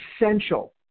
essential